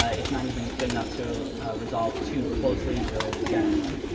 ah it's not even good enough to resolve to closely related genera.